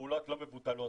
פעולות לא מבוטלות